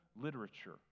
literature